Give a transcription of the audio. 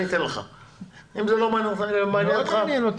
זה מאוד מעניין,